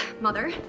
Mother